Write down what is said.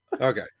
Okay